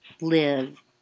live